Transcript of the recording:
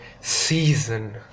season